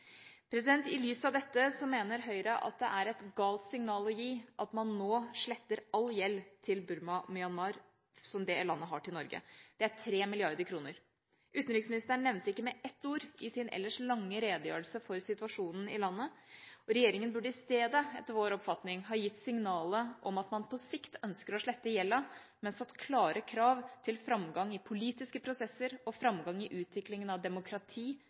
I lys av dette mener Høyre at det er et galt signal å gi at man nå sletter all gjeld som Burma/Myanmar har til Norge. Det er 3 mrd. kr. Utenriksministeren nevnte det ikke med ett ord i sin ellers lange redegjørelse for situasjonen i landet. Regjeringa burde i stedet etter vår oppfatning ha gitt signal om at man på sikt ønsker å slette gjelda, men satt klare krav til framgang i politiske prosesser og framgang i utviklingen av demokrati,